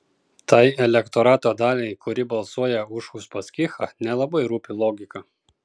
tai elektorato daliai kuri balsuoja už uspaskichą nelabai rūpi logika